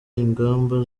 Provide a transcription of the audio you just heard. ingamba